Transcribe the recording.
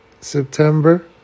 September